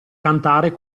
cantare